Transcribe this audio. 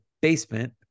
basement